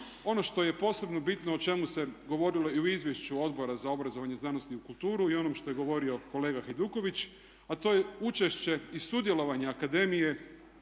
ono što je posebno bitno o čemu se govorilo i u izvješću Odbora za obrazovanje, znanost i kulturu i onom što je govorio kolega Hajduković, a to je učešće i sudjelovanje akademije